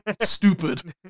stupid